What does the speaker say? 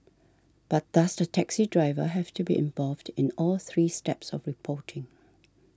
but does the taxi driver have to be involved in all three steps of reporting